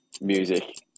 Music